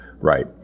right